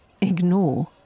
ignore